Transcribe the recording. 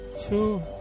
Two